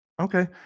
Okay